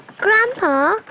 Grandpa